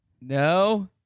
no